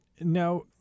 Now